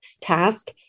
task